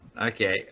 Okay